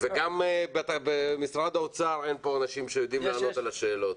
וגם במשרד האוצר אין פה אנשים שיודעים לענות על השאלות.